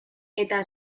eta